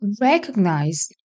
recognize